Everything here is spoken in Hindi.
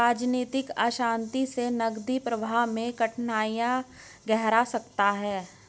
राजनीतिक अशांति से नकदी प्रवाह में कठिनाइयाँ गहरा सकता है